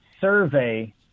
survey